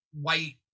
white